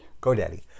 GoDaddy